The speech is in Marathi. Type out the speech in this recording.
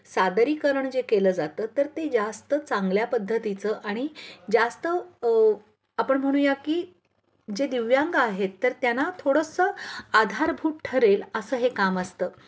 सादरीकरण जे केलं जातं तर ते जास्त चांगल्या पद्धतीचं आणि जास्त आपण म्हणूया की जे दिव्यांग आहेत तर त्यांना थोडंसं आधारभूत ठरेल असं हे काम असतं